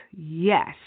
Yes